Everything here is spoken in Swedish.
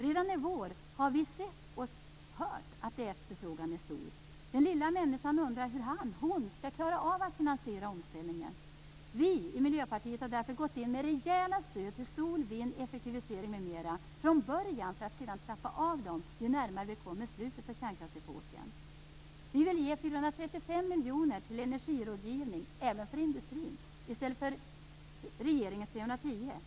Redan i vår har vi sett och hört att efterfrågan är stor. Den lilla människan undrar hur han eller hon skall klara av att finansiera omställningen. Vi i Miljöpartiet har därför från början gått in med rejäla stöd till sol, vind, effektivisering m.m. för att sedan trappa av dem ju närmare vi kommer slutet av kärnkraftsepoken. Vi vill ge 435 miljoner kronor till energirådgivning, även för industrin, i stället för regeringens 310 miljoner.